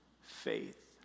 faith